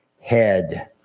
head